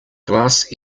glass